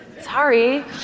sorry